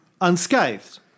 unscathed